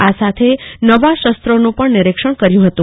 આ સાથે નવા શસ્ત્રોનું પણ નીરીક્ષણ કર્યું હતું